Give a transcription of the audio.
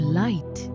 light